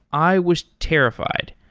i was terrified.